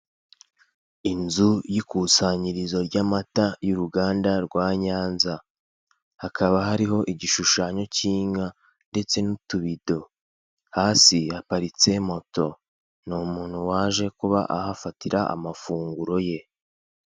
Inzu y'ikusanyirizo ry'amata y'uruganda rwa nyanza hakaba hariho igishushanyo cy'inka ndetse n'utubido, hasi haparitse moto ni umuntu waje kuba ahafatira amafunguro ye.